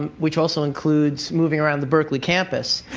um which also includes moving around the berkeley campus